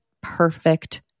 perfect